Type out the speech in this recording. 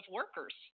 workers